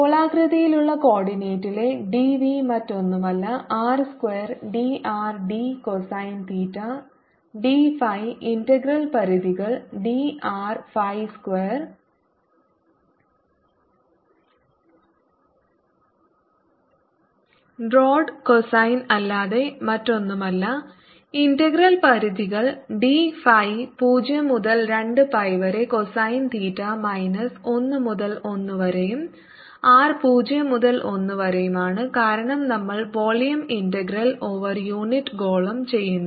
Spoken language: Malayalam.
ഗോളാകൃതിയിലുള്ള കോർഡിനേറ്റിലെ ഡി വി മറ്റൊന്നുമല്ല r square d r d cosine theta d phi integral പരിധികൾ ഡി r phi സ്ക്വയർ ഡ്രോഡ് കോസൈൻ അല്ലാതെ മറ്റൊന്നുമല്ല ഇന്റഗ്രൽ പരിധികൾ ഡി ഫൈ 0 മുതൽ 2 പൈ വരെ കോസൈൻ തീറ്റ മൈനസ് 1 മുതൽ 1 വരെയും r 0 മുതൽ 1 വരെയുമാണ് കാരണം നമ്മൾ വോളിയം ഇന്റഗ്രൽ ഓവർ യൂണിറ്റ് ഗോളം ചെയ്യുന്നു